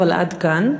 אבל עד כאן.